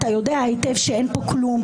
אתה יודע היטב שאין פה כלום.